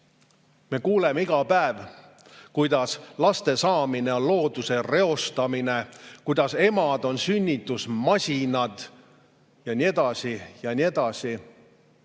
kuuleme iga päev, kuidas laste saamine on looduse reostamine, kuidas emad on sünnitusmasinad ja nii edasi ja nii edasi.